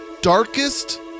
darkest